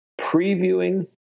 previewing